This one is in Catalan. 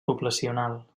poblacional